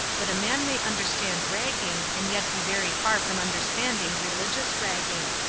but a man may understand ragging and yet be very far from understanding religious ragging.